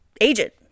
agent